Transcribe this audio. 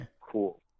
Cool